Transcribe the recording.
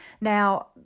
Now